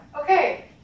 Okay